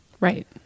Right